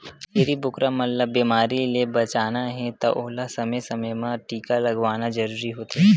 छेरी बोकरा मन ल बेमारी ले बचाना हे त ओला समे समे म टीका लगवाना जरूरी होथे